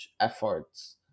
efforts